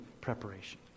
preparation